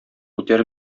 үтәр